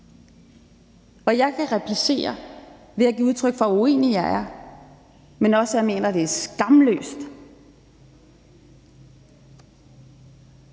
at jeg kan replicere ved at give udtryk for, hvor uenig jeg er, men også for, at jeg mener, at det er skamløst.